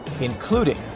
including